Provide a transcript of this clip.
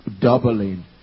doubling